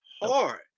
hard